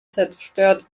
zerstört